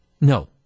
no